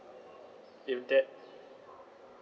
if that